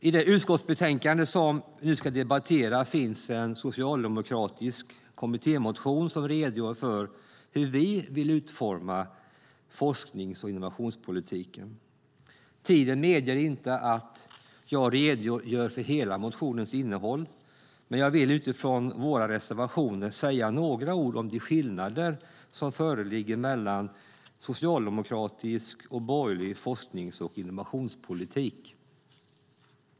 I det utskottsbetänkande som vi nu ska debattera finns en socialdemokratisk kommittémotion som redogör för hur vi vill utforma forsknings och innovationspolitiken. Tiden medger inte att jag redogör för hela motionens innehåll, men jag vill utifrån våra reservationer säga några ord om de skillnader som föreligger mellan socialdemokratisk och borgerlig forsknings och innovationspolitik.